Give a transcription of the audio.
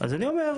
אז אני אומר,